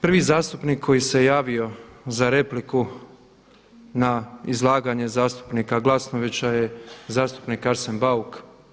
Prvi zastupnik koji se javio za repliku na izlaganje zastupnika Glasnovića je zastupnik Arsen Bauk.